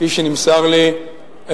כפי שנמסר לי,